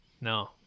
No